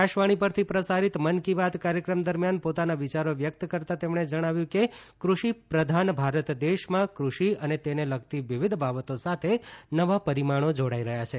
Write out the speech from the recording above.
આકાશવાણી પરથી પ્રસારિત મન કી બાત કાર્યક્રમ દરમિયાન પોતાના વિયારો વ્યક્ત કરતાં તેમણે જણાવ્યું કે કૃષિ પ્રધાન ભારત દેશમાં કૃષિ અને તેને લગતી વિવિધ બાબતો સાથે નવાં પરિમાણો જોડાઈ રહ્યા છે